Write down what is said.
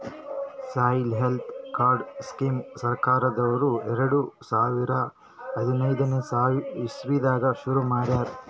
soil health card scheme ಸರ್ಕಾರ್ದವ್ರು ಎರಡ ಸಾವಿರದ್ ಹದನೈದನೆ ಇಸವಿದಾಗ ಶುರು ಮಾಡ್ಯಾರ್